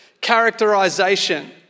characterization